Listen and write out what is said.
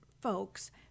folks